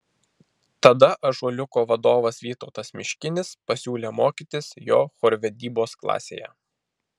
tada ąžuoliuko vadovas vytautas miškinis pasiūlė mokytis jo chorvedybos klasėje